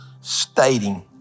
stating